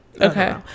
Okay